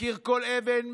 מכיר כל אבן,